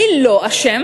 מי לא אשם?